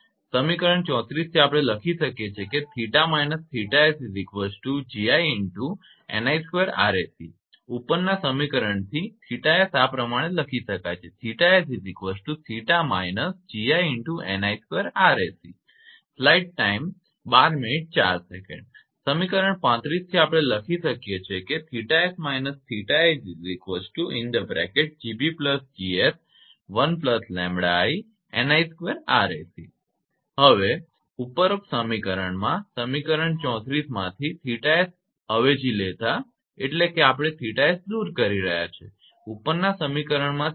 સમીકરણ 34 થી આપણે લખી શકીએ ઉપરનાં સમીકરણથી 𝜃𝑠 આ પ્રમાણે લખી શકાય છે સમીકરણ 35 થી આપણે લખી શકીએ હવે ઉપરોક્ત સમીકરણમાં સમીકરણ 34 માંથી 𝜃𝑠 અવેજી લેતા એટલે કે આપણે 𝜃𝑠 દૂર કરી રહ્યા છીએ ઉપરના સમીકરણમાંથી